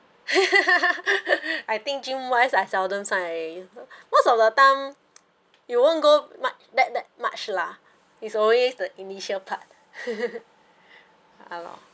I think gym wise I seldom sign most the time you won't go much that that much lah it's always the initial part ya lor